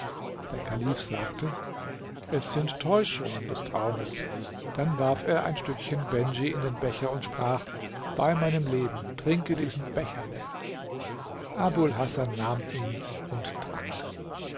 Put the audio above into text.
der kalif sagte es sind täuschungen des traumes dann warf er ein stückchen bendj in den becher und sprach bei meinem leben trinke diesen becher leer abul hasan nahm ihn und trank